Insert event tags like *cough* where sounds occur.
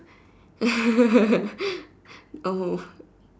*laughs* oh